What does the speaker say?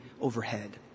overhead